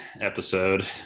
episode